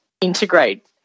integrate